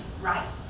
right